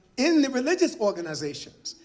in the religious organizations.